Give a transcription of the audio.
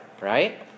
Right